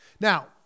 Now